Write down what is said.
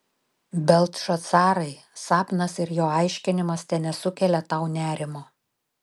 beltšacarai sapnas ir jo aiškinimas tenesukelia tau nerimo